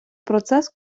процес